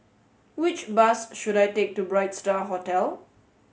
which bus should I take to Bright Star Hotel